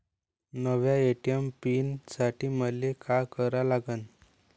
नव्या ATM pin साठी मले का करा लागन?